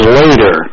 later